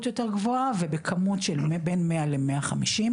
יותר גבוהה ובכמות של בין 100 ל150,